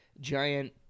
giant